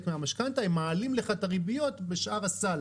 מהמשכנתא הם מעלים לך את הריביות בשאר הסל